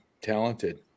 talented